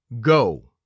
Go